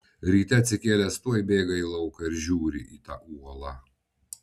ryte atsikėlęs tuoj bėga į lauką ir žiūrį į tą uolą